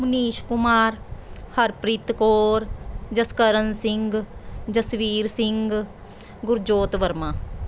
Manish Kumar Harpreet Kaur Jaskaran Singh Jasvir Singh Gurjot Verma